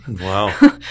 Wow